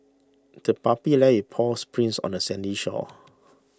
the puppy left its paw prints on the sandy shore